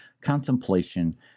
contemplation